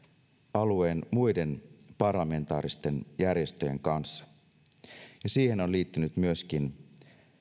alueen muiden parlamentaaristen järjestöjen kanssa ja siihen on liittynyt myöskin